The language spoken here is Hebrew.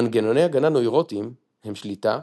מנגנוני הגנה נוירוטיים הם שליטה,